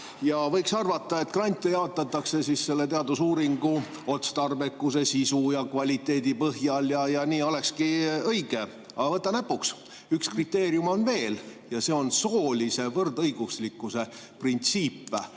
Võiks arvata, et grante jaotatakse selle teadusuuringu otstarbekuse, sisu ja kvaliteedi põhjal, ja nii olekski õige. Aga võta näpust, üks kriteerium on veel ja see on soolise võrdõiguslikkuse printsiip.